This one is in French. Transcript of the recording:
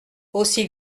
aussi